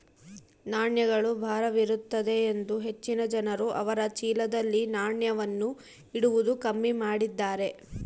ನಾಣ್ಯಗಳು ಭಾರವಿರುತ್ತದೆಯೆಂದು ಹೆಚ್ಚಿನ ಜನರು ಅವರ ಚೀಲದಲ್ಲಿ ನಾಣ್ಯವನ್ನು ಇಡುವುದು ಕಮ್ಮಿ ಮಾಡಿದ್ದಾರೆ